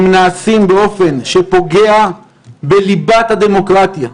הם נעשים באופן שפוגע בליבת הדמוקרטיה.